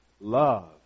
love